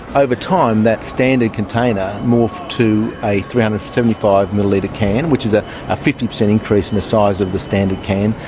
over time that standard container morphed to a three hundred and seventy five millilitre can, which is ah a fifty percent increase in the size of the standard can.